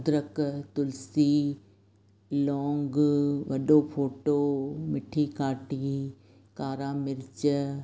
अदरक तुलसी लौंग वॾो फ़ोटो मिठी काठी कारा मिर्च